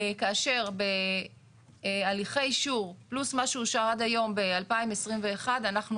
כאשר בהליכי אישור פלוס מה שאושר עד היום ב-2021 אנחנו